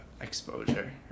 exposure